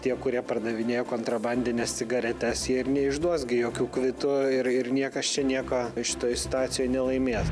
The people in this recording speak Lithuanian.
tie kurie pardavinėjo kontrabandines cigaretes jie ir neišduos gi jokių kvitų ir ir niekas čia nieko šitoj situacijoj nelaimės